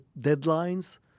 deadlines